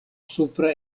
supra